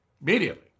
Immediately